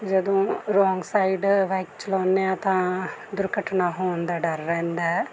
ਜਦੋਂ wrong side bike ਚਲਾਉਂਦੇ ਹਾਂ ਤਾਂ ਦੁਰਘਟਨਾ ਹੋਣ ਦਾ ਡਰ ਰਹਿੰਦਾ ਹੈ